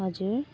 हजुर